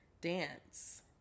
dance